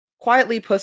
quietly